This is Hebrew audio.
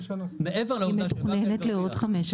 מעבר לעובדה שבאקה אל גרביה --- היא מתוכננת לעוד 15 שנים.